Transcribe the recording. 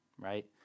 right